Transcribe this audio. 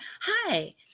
Hi